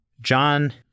John